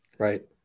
Right